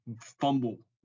fumble